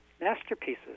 masterpieces